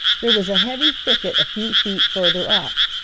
there was a heavy thicket a few feet further up,